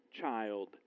child